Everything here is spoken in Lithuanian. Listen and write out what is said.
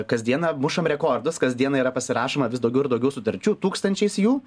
kasdieną mušam rekordus kas dieną yra pasirašoma vis daugiau ir daugiau sutarčių tūkstančiais jų